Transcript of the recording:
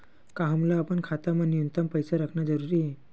का हमला अपन खाता मा न्यूनतम पईसा रखना जरूरी हे?